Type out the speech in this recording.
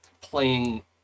playing